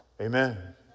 Amen